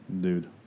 dude